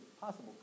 possible